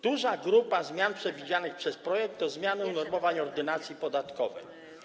Duża grupa zmian przewidzianych przez projekt to zmiany unormowań Ordynacji podatkowej.